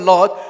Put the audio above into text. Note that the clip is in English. Lord